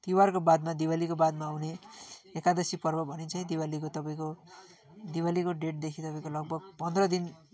तिहारको बादमा दिवालीको बादमा आउने एकादशी पर्व भनिन्छ है दिवालीको तपाईँको दिवालीको डेटदेखि तपाईँको लगभग पन्ध्र दिन